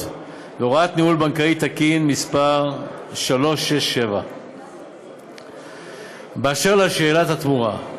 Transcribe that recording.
והוראת ניהול בנקאי תקין מס' 367. אשר לשאלת התמורה,